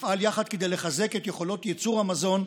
נפעל יחד כדי לחזק את יכולות ייצור המזון,